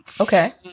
Okay